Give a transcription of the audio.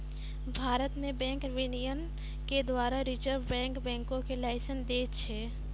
भारत मे बैंक विनियमन के द्वारा रिजर्व बैंक बैंको के लाइसेंस दै छै